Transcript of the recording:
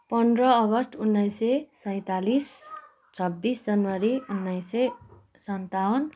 पन्ध्र अगस्त उन्नाइस सय सैँतालिस छब्बिस जनवरी उन्नाइस सय सन्ताउन